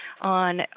on